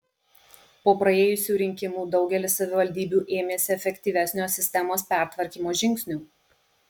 po praėjusių rinkimų daugelis savivaldybių ėmėsi efektyvesnio sistemos pertvarkymo žingsnių